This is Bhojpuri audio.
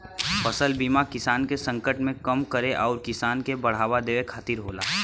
फसल बीमा किसान के संकट के कम करे आउर किसान के बढ़ावा देवे खातिर होला